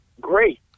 great